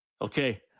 Okay